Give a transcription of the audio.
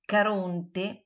Caronte